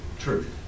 Truth